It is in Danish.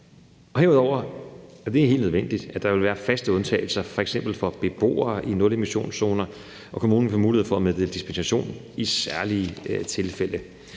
og det er også helt nødvendigt, være faste undtagelser, f.eks. for beboere i nulemissionszoner, og kommunen har mulighed for at meddele dispensation i særlige tilfælde.